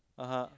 (uh huh)